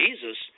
Jesus